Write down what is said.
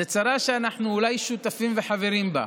זו צרה שאנחנו אולי שותפים וחברים בה,